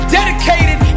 dedicated